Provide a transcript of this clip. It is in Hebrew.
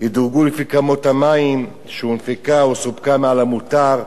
ידורגו לפי כמות המים שהונפקה או סופקה מעל המותר.